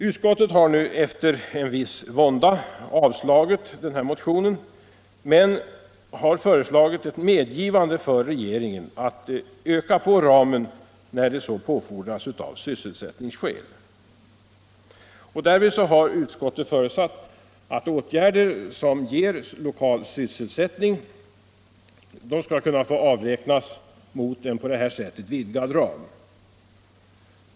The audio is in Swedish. Utskottet har nu efter viss vånda avstyrkt motionen men föreslagit ett medgivande för regeringen att öka ramen när det så påfordras av sysselsättningsskäl. Därvid har utskottet förutsatt att åtgärder som ger lokal sysselsättning skall kunna få avräknas mot en på detta sätt vidgad ram.